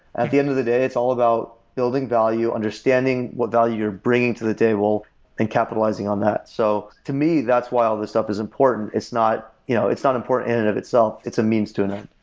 at the end of the day, it's all about building value, understanding what value you're bringing to the table and capitalizing on that. so to me, that's why all these stuff is important, it's not you know it's not important in and of itself, it's a means doing that.